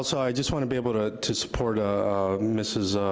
so i just wanna be able to to support ah mrs,